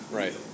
right